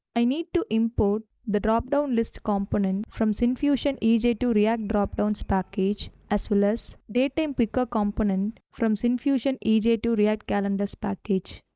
i need to import the dropdown list component from syncfusion e j two react dropdowns package as well as datetimepicker component from syncfusion e j two react calendars package.